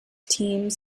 teams